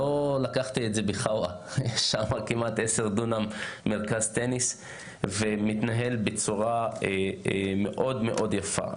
יש שם כמעט עשר דונם וזה מתנהל בצורה מאוד יפה.